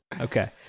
Okay